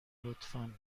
لطفا